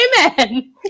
amen